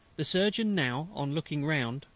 the surgeon now, on looking round,